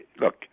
look